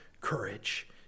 courage